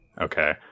okay